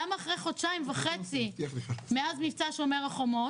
למה אחרי חודשיים וחצי מאז מבצע 'שומר החומות'